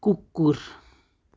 कुकुर